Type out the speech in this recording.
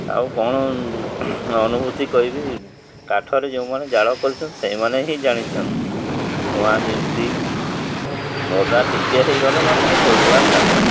ଆଉ କ'ଣ ଅନୁଭୂତି କହିବି କାଠରେ ଯେଉଁମାନେ ଜାଳ କରିଛନ୍ତି ସେଇମାନେ ହିଁ ଜାଣିଛନ୍ ଧୂଆଁ ଯେନ୍ତି ଅଦା ଟିକେ ହେଇଗଲେ ମାନେ ଆଉ ଜଳିବାର ନାହିଁ